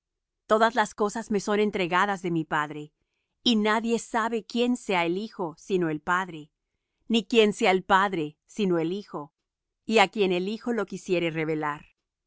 todas las cosas me son entregadas de mi padre y nadie sabe quién sea el hijo sino el padre ni quién sea el padre sino el hijo y á quien el hijo lo quisiere revelar